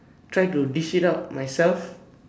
try to dish it out myself